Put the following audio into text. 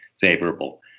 favorable